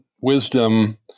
wisdom